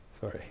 Sorry